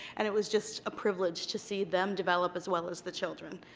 and it was just a privilege to see them develop as well as the children.